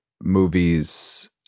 movies